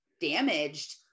damaged